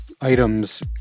Items